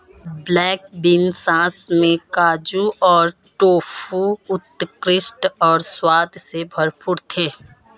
black bean sauce में काजू और टोफू उत्कृष्ट और स्वाद से भरपूर थे